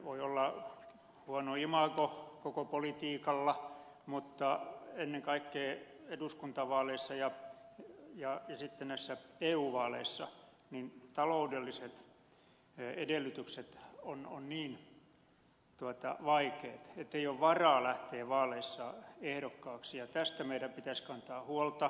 voi olla huono imago koko politiikalla mutta ennen kaikkea eduskuntavaaleissa ja sitten näissä eu vaaleissa taloudelliset edellytykset ovat niin vaikeat ettei ole varaa lähteä vaaleissa ehdokkaaksi ja tästä meidän pitäisi kantaa huolta